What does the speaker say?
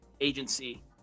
agency